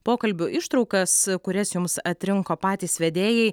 pokalbių ištraukas kurias jums atrinko patys vedėjai